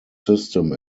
system